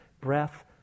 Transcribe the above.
breath